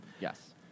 Yes